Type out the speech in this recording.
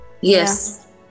Yes